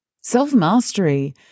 self-mastery